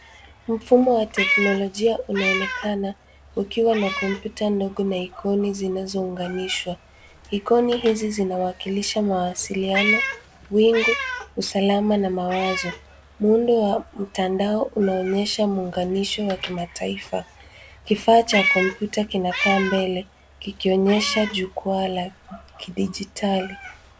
Mfumo wa teknolojia unaonekana, ukiwa na kompyuta ndogo na ikoni zinazounganishwa. Ikoni hizi zinawakilisha mawasiliano, wingu, usalama na mawazo. Muundo wa mtandao unaonesha muunganisho wa kimataifa. Kifaa cha kompyuta kinakaa mbele kikionyesha jukwaa la kidigitali.